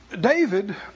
David